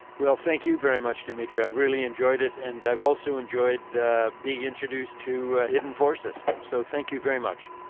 well, thank you very much, demetri. i've really enjoyed it and i've also enjoyed being introduced to hidden forces. so, thank you very much.